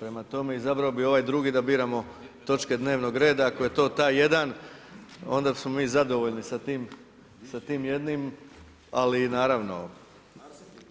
Prema tome, izabrao bih ovaj drugi da biramo točke dnevnog reda, ako je to taj jedan, onda smo mi zadovoljni sa tim jednim, ali naravno,